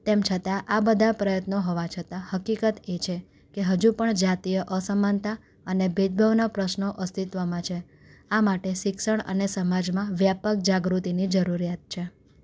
તેમ છતાં આ બધા પ્રયત્નો હોવા છતાં હકીકત એ છે કે હજુ પણ જાતીય અસમાનતા અને ભેદભાવના પ્રશ્નો અસ્તિત્વમાં છે આ માટે શિક્ષણ અને સમાજમાં વ્યાપક જાગૃતિની જરૂરિયાત છે